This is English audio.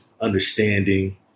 understanding